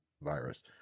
virus